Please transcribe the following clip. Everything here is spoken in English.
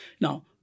Now